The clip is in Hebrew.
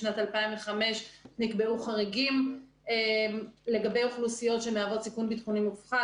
בשנת 2005 נקבעו חריגים לגבי אוכלוסיות שמהוות סיכון ביטחוני מופחת,